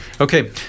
Okay